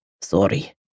Sorry